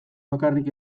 bakarrik